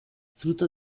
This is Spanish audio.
fruto